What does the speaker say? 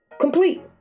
Complete